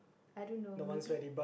I don't know maybe